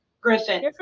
Griffin